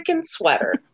sweater